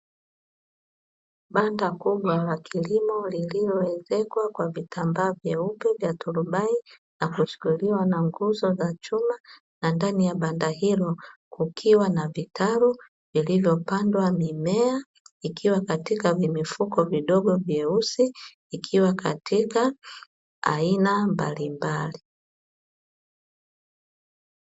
Banda kubwa la kilimo lililoezekwa kwa vitambaa vyeupe vya turubai na kushkiliwa na nguzo za chuma, na ndani ya banda hilo kukiwa na vitalu vilivyopandwa mimea, ikiwa katika vimifuko vidogo vyeusi, ikiwa katika aina mbalimbali.